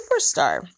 superstar